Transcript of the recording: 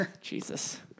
Jesus